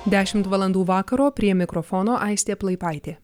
dešimt valandų vakaro prie mikrofono aistė plaipaitė